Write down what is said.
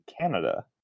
Canada